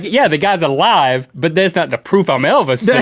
yeah the guy's alive! but that's not the proof i'm elvis yeah